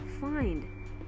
find